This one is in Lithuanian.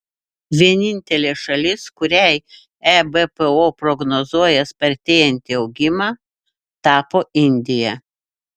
vienintelė šalis kuriai ebpo prognozuoja spartėjantį augimą tapo indija